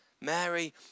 Mary